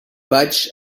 vaig